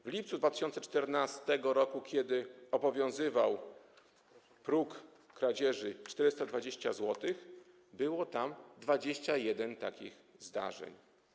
W lipcu 2014 r., kiedy obowiązywał próg kradzieży wynoszący 420 zł, było tam 21 takich zdarzeń.